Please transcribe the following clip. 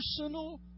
personal